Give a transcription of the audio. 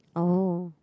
oh